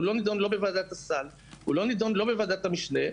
הוא לא נידון לא בסל ולא בוועדת המשנה.